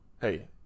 hey